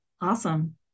Awesome